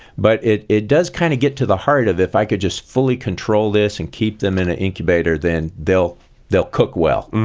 but it it does kind of get to the heart of it if i could just fully control this and keep them in an incubator, then they'll they'll cook well,